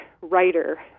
writer